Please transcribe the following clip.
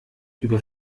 über